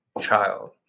child